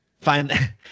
Find